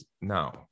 No